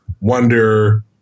wonder